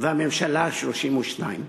והממשלה ה-32,